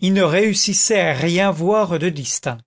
il ne réussissait à rien voir de distinct